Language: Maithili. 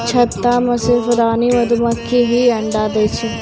छत्ता मॅ सिर्फ रानी मधुमक्खी हीं अंडा दै छै